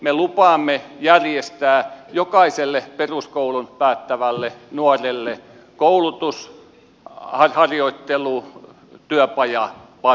me lupaamme järjestää jokaiselle peruskoulun päättävälle nuorelle koulutus harjoittelu tai työpajapaikan